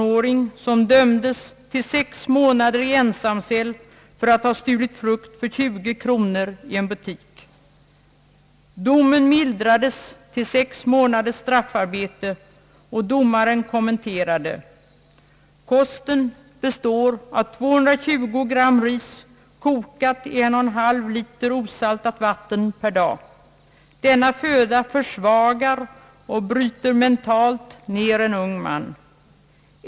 åring som dömdes till 6 månader i ensamcell för att ha stulit frukt för 20 kronor i en butik. Domen mildrades till 5 månaders straffarbete och domen kommenterades: »Kosten består av 220 gram ris kokat i en och en halv liter osaltat vatten per dag. Denna föda försvagar och bryter mentalt ned en ung man.